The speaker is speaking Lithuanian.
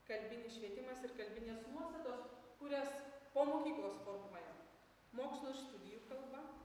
kalbinis švietimas ir kalbinės nuostatos kurias po mokyklos formuoja mokslo ir studijų kalba